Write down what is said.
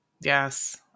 Yes